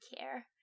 care